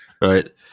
Right